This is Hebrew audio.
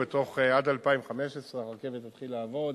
עד 2015 הרכבת תתחיל לעבוד